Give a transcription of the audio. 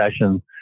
session